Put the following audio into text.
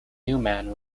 neumann